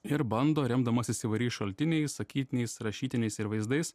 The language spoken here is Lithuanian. ir bando remdamasis įvairiais šaltiniais sakytiniais rašytiniais ir vaizdais